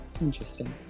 Interesting